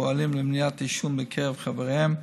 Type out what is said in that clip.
הפועלים למניעת עישון בקרב חבריהם,